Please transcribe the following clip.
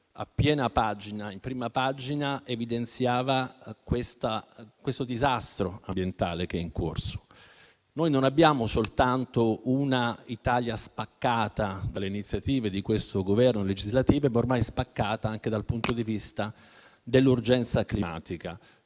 Sole 24 ore» in prima pagina evidenziava questo disastro ambientale in corso. Noi non abbiamo soltanto una Italia spaccata dalle iniziative legislative di questo Governo, ma ormai spaccata anche dal punto di vista dell'urgenza climatica.